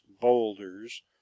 boulders